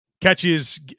catches